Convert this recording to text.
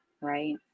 right